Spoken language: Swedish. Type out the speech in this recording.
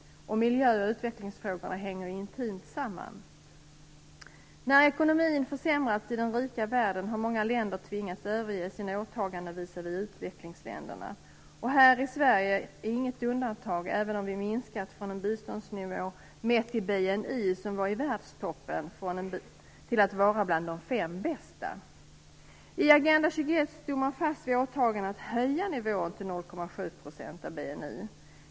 Miljö och utvecklingsfrågorna hänger intimt samman. När ekonomin försämrats i den rika världen har många länder tvingats överge sina åtaganden visavi utvecklingsländerna. Här är Sverige inget undantag, även om vi minskat från en biståndsnivå som mätt i BNI låg i världstoppen till en som är bland de fem bästa. I Agenda 21 stod man fast vid åtagandet att höja nivån till 0,7 % av BNI.